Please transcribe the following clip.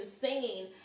singing